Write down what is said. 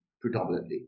predominantly